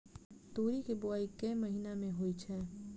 तोरी केँ बोवाई केँ महीना मे होइ छैय?